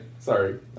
Sorry